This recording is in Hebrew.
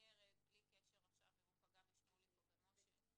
מהמסגרת בלי קשר אם הוא פגע בשמוליק או במשה.